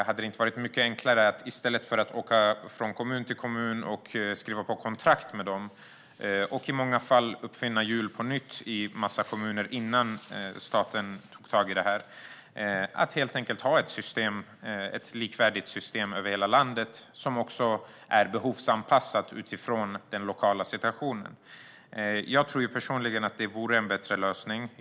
Hade det inte varit mycket enklare att, i stället för att åka från kommun till kommun och skriva på kontrakt med dem och i många kommuner uppfinna hjulet på nytt innan staten tog tag i det här, helt enkelt ha ett likvärdigt system över hela landet som också är behovsanpassat utifrån den lokala situationen? Jag tror personligen att det vore en bättre lösning.